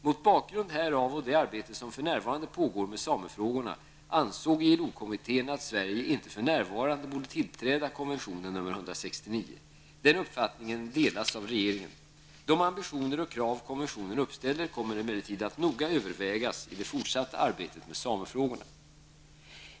Mot bakgrund härav och det arbete som för närvarande pågår med samefrågorna ansåg ILO kommittén att Sverige inte för närvarande borde tillträda ILO-konventionen nr 169. Denna uppfattning delas av regeringen. De ambitioner och krav konventionen uppställer kommer emellertid att noga övervägas i det fortsatta arbetet med samefrågorna.